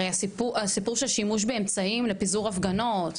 הרי, הסיפור של שימשו באמצעים לפיזור הפגנות,